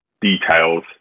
details